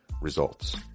results